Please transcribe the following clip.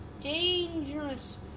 dangerous